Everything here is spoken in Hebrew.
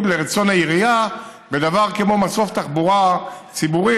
לרצון העירייה בדבר כמו מסוף תחבורה ציבורית,